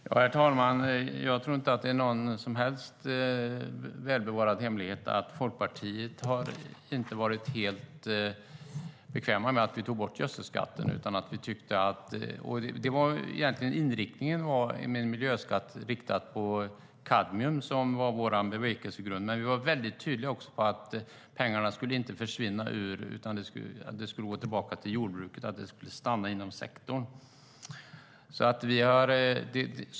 Herr talman! Jag tror inte att det är någon hemlighet att vi i Folkpartiet inte har varit helt bekväma med att vi tog bort gödselskatten. Inriktningen var en miljöskatt riktad mot kadmium. Det var vår bevekelsegrund. Vi var mycket tydliga med att pengarna inte skulle försvinna utan gå tillbaka till jordbruket, att de skulle stanna inom sektorn.